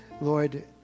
Lord